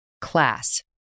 class